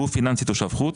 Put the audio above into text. גוף פיננסי תושב חוץ,